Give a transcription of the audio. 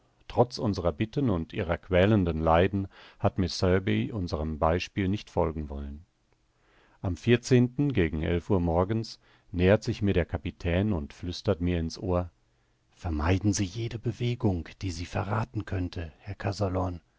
trotz unserer bitten und ihrer quälenden leiden hat miß herbey unserm beispiel nicht folgen wollen am gegen elf uhr morgens nähert sich mir der kapitän und flüstert mir in's ohr vermeiden sie jede bewegung die sie verrathen könnte herr